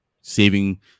saving